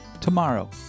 tomorrow